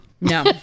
No